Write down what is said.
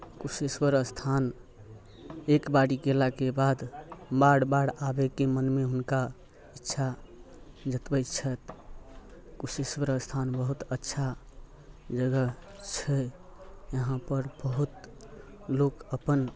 कुशेश्वर स्थान एक बारी गेलाके बाद बार बार आबैके मनमे हुनका इक्षा जतबै छथि कुशेश्वर स्थान बहुत अच्छा जगह छै यहाँपर बहुत लोक अपन